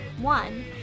One